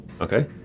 Okay